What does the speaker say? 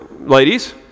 ladies